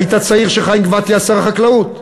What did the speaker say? היית צעיר כשחיים גבתי היה שר החקלאות?